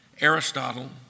Aristotle